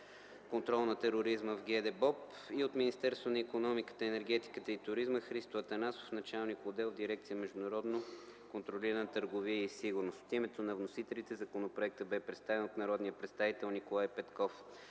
„Контрол на тероризма” в ГДБОП, и от Министерството на икономиката, енергетиката и туризма Христо Атанасов – началник отдел в дирекция „Международно контролирана търговия и сигурност”. От името на вносителите законопроектът бе представен от народния представител Николай Петков.